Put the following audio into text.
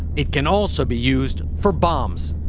it can, also, be used for bombs.